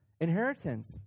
inheritance